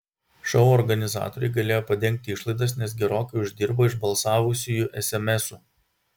šou organizatoriai galėjo padengti išlaidas nes gerokai uždirbo iš balsavusiųjų esemesų